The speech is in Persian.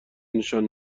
نشان